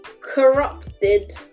corrupted